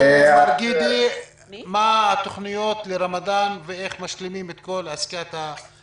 וגם לגבי ההמלצות וחשיבה משותפת מה אנחנו